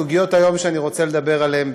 אחת הסוגיות שאני רוצה לדבר עליהן היום,